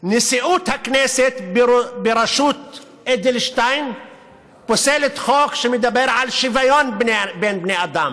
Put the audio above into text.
נשיאות הכנסת בראשות אדלשטיין פוסלת חוק שמדבר על שוויון בין בני אדם,